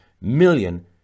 million